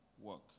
work